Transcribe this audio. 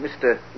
Mr